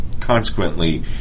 consequently